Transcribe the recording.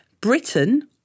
Britain